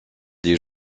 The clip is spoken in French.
des